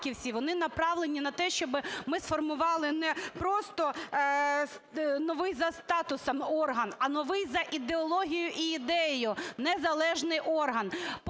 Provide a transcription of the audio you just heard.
вони направлені на те, щоби ми сформували не просто новий за статусом орган, а новий за ідеологією і ідеєю незалежний орган.